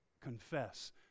confess